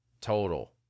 Total